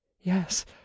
Yes